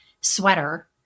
sweater